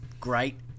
Great